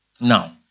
Now